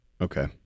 Okay